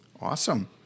Awesome